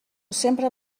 sempre